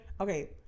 Okay